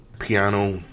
piano